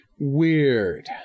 Weird